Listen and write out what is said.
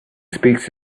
speaks